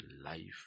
life